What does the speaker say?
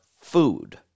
food